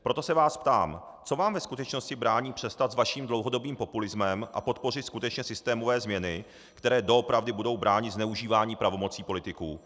Proto se vás ptám: Co vám ve skutečnosti brání přestat s vaším dlouhodobým populismem a podpořit skutečně systémové změny, které doopravdy budou bránit zneužívání pravomocí politiků?